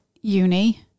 uni